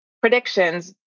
predictions